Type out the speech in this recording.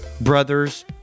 Brothers